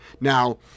Now